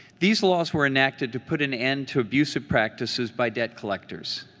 these laws were enacted to put an end to abusive practices by debt collectors.